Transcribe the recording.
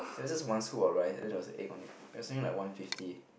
there was just one scoop of rice and then there was an egg on it it was only like one fifty